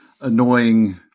annoying